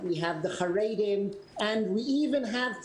יש לנו את החרדים ואפילו יש לנו את